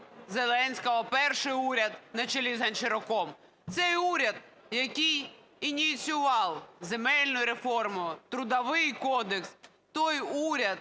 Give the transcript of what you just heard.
Зеленського, перший уряд на чолі з Гончаруком. Цей уряд, який ініціював земельну реформу, Трудовий кодекс. Той уряд